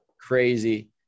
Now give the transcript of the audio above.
crazy